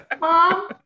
Mom